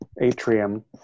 atrium